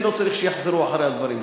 אני לא צריך שיחזרו על הדברים שלי.